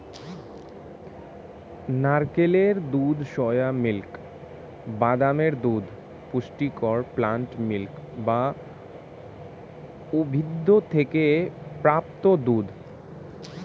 নারকেলের দুধ, soya milk, বাদামের দুধ পুষ্টিকর প্লান্ট মিল্ক বা উদ্ভিদ থেকে প্রাপ্ত দুধ